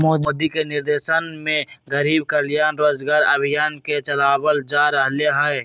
मोदी के निर्देशन में गरीब कल्याण रोजगार अभियान के चलावल जा रहले है